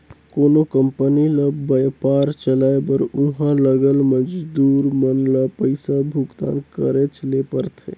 कोनो कंपनी ल बयपार चलाए बर उहां लगल मजदूर मन ल पइसा भुगतान करेच ले परथे